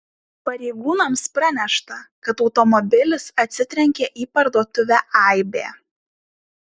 pareigūnams pranešta kad automobilis atsitrenkė į parduotuvę aibė